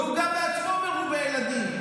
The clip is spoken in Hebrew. והוא בעצמו מרובה ילדים,